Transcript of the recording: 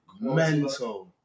Mental